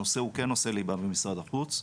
הנושא הוא כן נושא ליבה במשרד החוץ,